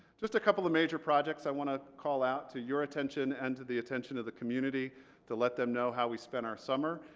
just a couple of major projects i want to call out to your attention and to the attention of the community to let them know how we spent our summer.